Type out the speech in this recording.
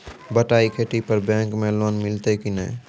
बटाई खेती पर बैंक मे लोन मिलतै कि नैय?